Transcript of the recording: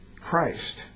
Christ